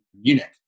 Munich